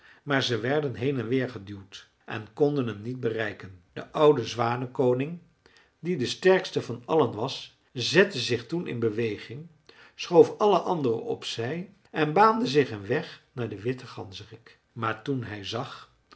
maar ze werden heen en weer geduwd en konden hem niet bereiken de oude zwanenkoning die de sterkste van allen was zette zich toen in beweging schoof alle anderen op zij en baande zich een weg naar den witten ganzerik maar toen hij zag